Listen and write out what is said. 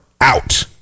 out